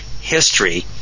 history